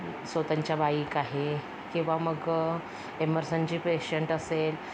स्वतःच्या बाईक आहे किंवा मग इमर्जंशी पेशंट असेल